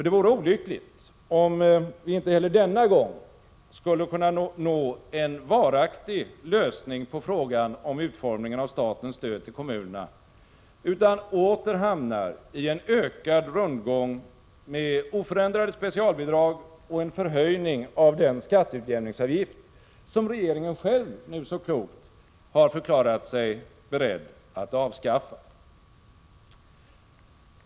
Det vore olyckligt om vi inte heller denna gång skulle kunna nå en varaktig lösning av frågan om utformningen av statens stöd till kommunerna utan åter hamnar i en ökad rundgång, med oförändrade specialbidrag och en förhöjning av den skatteutjämningsavgift som regeringen själv nu så klokt har förklarat sig beredd att avskaffa.